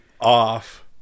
off